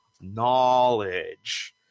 Knowledge